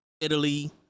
Italy